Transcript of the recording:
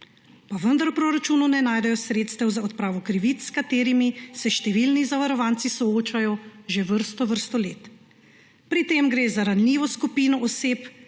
pa vendar v proračunu ne najdejo sredstev za odpravo krivic, s katerimi se številni zavarovanci soočajo že vrsto vrsto let. Pri tem gre za ranljivo skupino oseb,